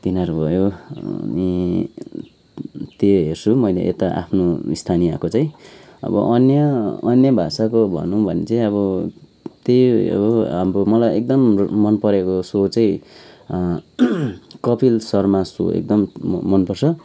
तिनीहरू भयो अनि त्यो हेर्छु मैले यता आफ्नो स्थानियहरूको चाहिँ अब अन्य अन्य भाषाको भनौँ भने चाहिँ अब त्यही हो अब मलाई एकदम मन परेको सो चाहिँ कपिल सर्मा सो एकदम म मनपर्छ